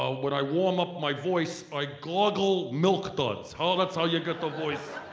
ah when i warm up my voice i gargle milk duds. oh, that's how you get the voice,